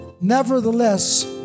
Nevertheless